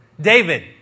David